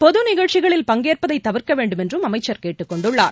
பொதுநிகழ்ச்சிகளில் பங்கேற்பதைதவிர்கக் வேண்டுமென்றும் அமைச்சர் கேட்டுக் கொண்டுள்ளார்